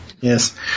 Yes